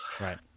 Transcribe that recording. right